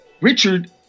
richard